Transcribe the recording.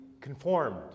conformed